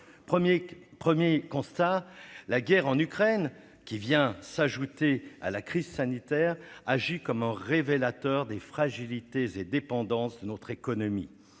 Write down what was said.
Premier constat : la guerre en Ukraine, qui vient s'ajouter à la crise sanitaire, agit comme un révélateur des fragilités et dépendances de notre économie.